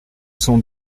sont